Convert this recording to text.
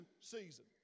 season